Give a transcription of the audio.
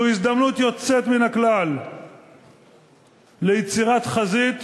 זו הזדמנות יוצאת מן הכלל ליצירת חזית